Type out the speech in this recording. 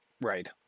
Right